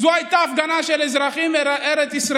זו הייתה הפגנה של אזרחים ארץ-ישראלים.